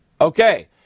Okay